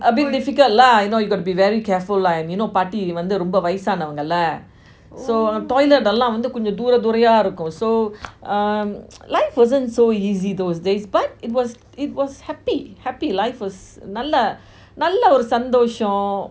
a bit difficult lah you know you got to be very careful lah you know பாட்டி வந்து ரொம்ப வயசானவங்கள:paati vanthu romba vayasaanavangala lah so toilet எல்லாம் வந்து தூர தூரமா இருக்கும்:ellam vanthu thoora thoorama irukum so um life wasn't so easy those days but it was it was happy happy life was நல்ல நல்ல ஒரு சந்தோசம்:nalla nalla oru santhosam